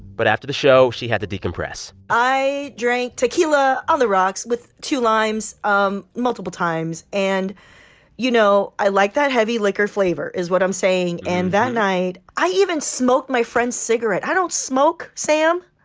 but after the show, she had to decompress i drank tequila on the rocks with two limes um multiple times. and you know, i like that heavy liquor flavor is what i'm saying. and that night, i even smoked my friend's cigarette. i don't smoke, sam.